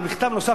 במכתב נוסף,